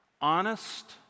honest